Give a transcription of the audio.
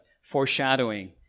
foreshadowing